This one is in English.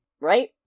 Right